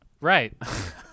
right